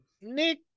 nick